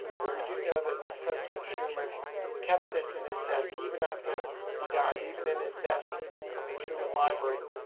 but we do know that president truman kept this in his desk, even after he died, even in his desk at the truman library.